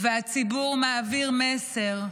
והציבור מעביר מסר: